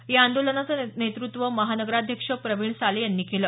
या आंदोलनाचं नेतृत्व महानगराध्यक्ष प्रविण साले यांनी केलं